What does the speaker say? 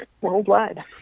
worldwide